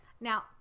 Now